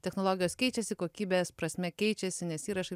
technologijos keičiasi kokybės prasme keičiasi nes įrašai